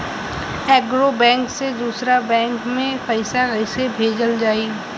एगो बैक से दूसरा बैक मे पैसा कइसे भेजल जाई?